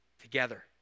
together